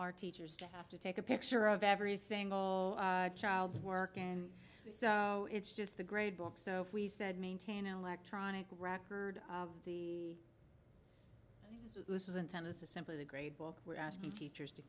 our teachers to have to take a picture of every single child's work and it's just the grade book so if we said maintain electronic record the so this isn't tennis is simply the grade book we're asking teachers to